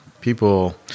people